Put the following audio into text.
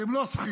אתן לא שכירות.